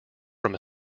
from